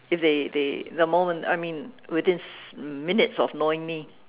if they they the moment I mean within minutes of knowing me